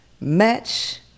match